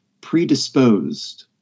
predisposed